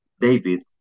David